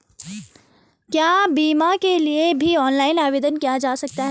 क्या बीमा के लिए भी ऑनलाइन आवेदन किया जा सकता है?